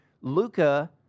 Luca